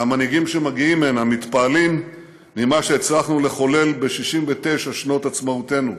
והמנהיגים שמגיעים הנה מתפעלים ממה שהצלחנו לחולל ב-69 שנות עצמאותנו,